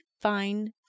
fine